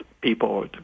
people